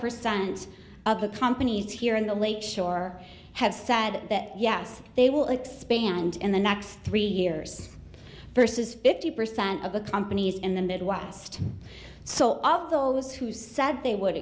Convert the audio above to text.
percent of the companies here in the lake shore have said that yes they will expand in the next three years versus fifty percent of the companies in the midwest so all of those who said they would